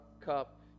cup